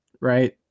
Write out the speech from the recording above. right